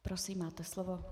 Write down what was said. Prosím, máte slovo.